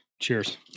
Cheers